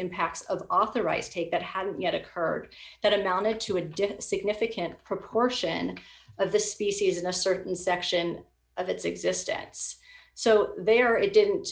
impacts of authorized take that hadn't yet occurred that amounted to a different significant proportion of the species in a certain section of its existence so there it didn't